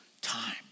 time